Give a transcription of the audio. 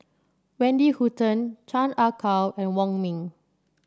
Wendy Hutton Chan Ah Kow and Wong Ming